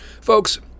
Folks